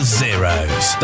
zeros